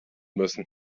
müssen